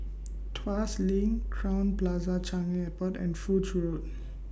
Tuas LINK Crowne Plaza Changi Airport and Foch Road